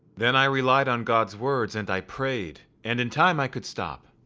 then i relied on god's words, and i prayed, and in time i could stop.